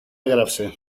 έγραψε